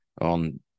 on